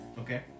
Okay